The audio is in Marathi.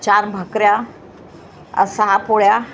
चार भकऱ्या सहा पोळ्या